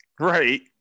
Right